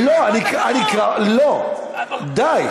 לא, די.